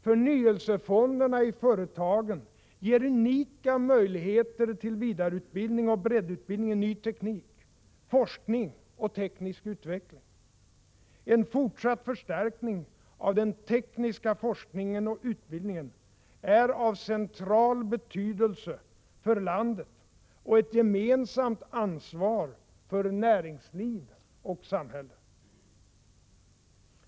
Förnyelsefonderna i företagen ger unika möjligheter till vidareutbildning och breddutbildning i ny teknik, forskning och teknisk utveckling. En fortsatt förstärkning av den tekniska forskningen och utbildningen är av central betydelse för landet och ett gemensamt ansvar för näringsliv och samhälle.